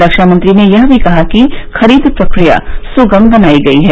रक्षामंत्री ने यह भी कहा कि खरीद प्रक्रिया सुगम बनाई गई है